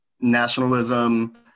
nationalism